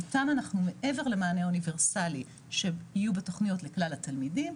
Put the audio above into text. איתם אנחנו מעבר למענה האוניברסלי שיהיו בתוכניות לכלל התלמידים,